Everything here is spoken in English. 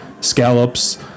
scallops